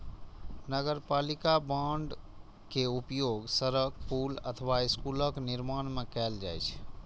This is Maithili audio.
नगरपालिका बांड के उपयोग सड़क, पुल अथवा स्कूलक निर्माण मे कैल जाइ छै